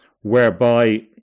whereby